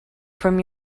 from